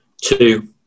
Two